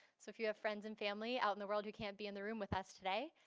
so if you have friends and family out in the world who can't be in the room with us today,